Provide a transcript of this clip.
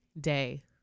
day